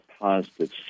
positive